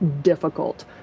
difficult